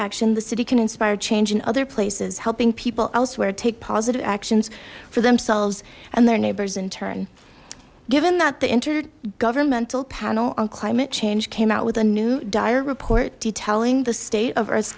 action the city can inspire change in other places helping people elsewhere take positive actions for themselves and their neighbors in turn given that the intergovernmental panel on climate change came out with an dire report detailing the state of